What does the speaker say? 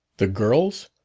the girls?